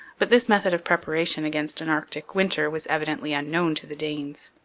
but this method of preparation against an arctic winter was evidently unknown to the danes.